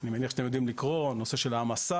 אני מניח שאתם יודעים לקרוא, נושא של העמסה,